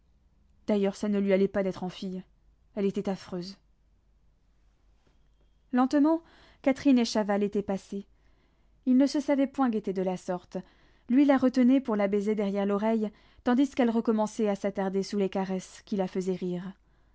d'ailleurs ça ne lui allait pas d'être en fille elle était affreuse lentement catherine et chaval étaient passés ils ne se savaient point guettés de la sorte lui la retenait pour la baiser derrière l'oreille tandis qu'elle recommençait à s'attarder sous les caresses qui la faisaient rire